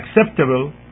acceptable